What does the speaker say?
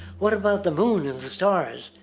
what about the moon and the stars?